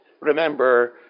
Remember